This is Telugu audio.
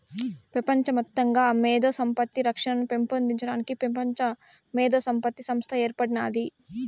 పెపంచ మొత్తంగా మేధో సంపత్తి రక్షనను పెంచడానికి పెపంచ మేధోసంపత్తి సంస్త ఏర్పడినాది